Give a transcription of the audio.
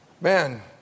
man